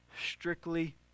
strictly